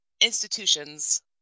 institutions